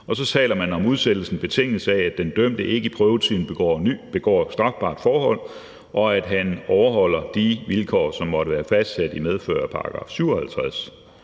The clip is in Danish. Så står der videre: »Udsættelsen betinges af, at den dømte ikke i prøvetiden begår strafbart forhold, og at han overholder de vilkår, som måtte være fastsat i medfør af § 57.